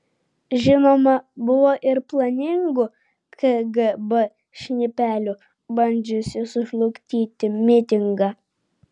žinoma buvo ir planinių kgb šnipelių bandžiusių sužlugdyti mitingą